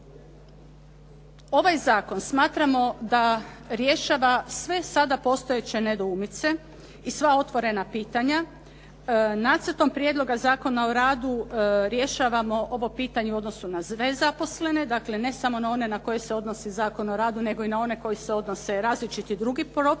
Ovaj Zakon smatramo da rješava sve sada postojeće nedoumice i sva otvorena pitanja. Nacrtom Prijedloga zakona o radu, rješavamo ovo pitanje u odnosu na sve zaposlene, dakle, ne samo na one na koje se odnosi Zakon o radu, nego i na one na koje se odnose različiti drugi propisi.